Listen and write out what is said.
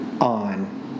on